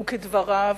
כדבריו,